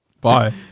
Bye